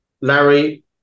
Larry